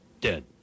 dead